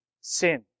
sin